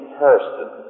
person